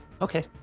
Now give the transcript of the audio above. Okay